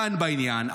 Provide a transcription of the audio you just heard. דן בעניין.